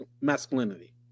masculinity